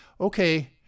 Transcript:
Okay